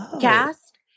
cast